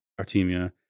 Artemia